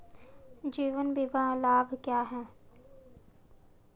जीवन बीमा लाभ क्या हैं?